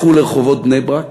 לכו לרחובות בני-ברק,